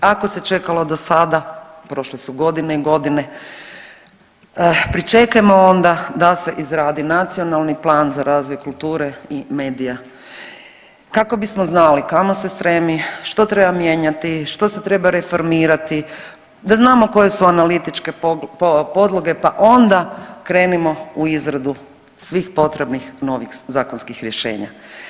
Ako se čekalo do sada, prošle su godine i godine, pričekajmo onda da se izradi nacionalni plan za razvoj kulture i medija kako bismo znali kamo se stremi, što treba mijenjati, što se treba reformirati, da znamo koje su analitičke podloge pa onda krenimo u izradu svih potrebnih novih zakonskih rješenja.